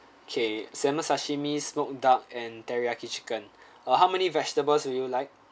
okay salmon sashimi smoked duck and teriyaki chicken uh how many vegetables would you like